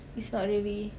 it's not really